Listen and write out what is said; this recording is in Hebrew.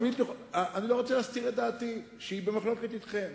אני לא רוצה להסתיר את דעתי, שהיא במחלוקת אתכם: